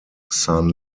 san